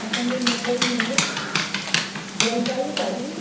असांजे मुंबई में जलवायु ॾाढी